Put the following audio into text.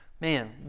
Man